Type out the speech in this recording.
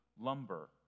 lumber